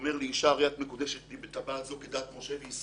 אומר לאישה: הרי את מקודשת לי בטבעת זו כדת משה וישראל.